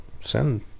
send